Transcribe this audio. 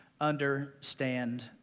understand